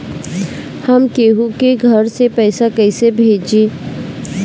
हम केहु के घर से पैसा कैइसे भेजम?